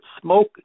Smoke